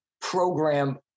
program